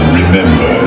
remember